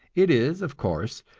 it is, of course,